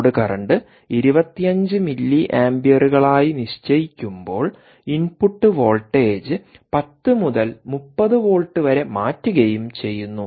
load current 25 മില്ലിയാംപിയറുകളായി നിശ്ചയിക്കുമ്പോൾ input voltage 10 മുതൽ 30 വോൾട്ട് വരെ മാറ്റുകയും ചെയ്യുന്നു